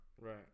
Right